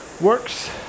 works